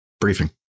briefing